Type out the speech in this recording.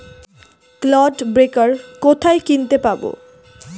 Clod breaker কোথায় কিনতে পাব?